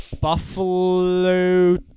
Buffalo